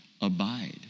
Abide